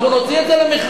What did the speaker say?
אנחנו נוציא את זה למכרזים.